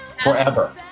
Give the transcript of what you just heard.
forever